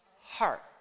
heart